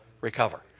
recover